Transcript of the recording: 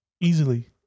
easily